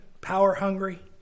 power-hungry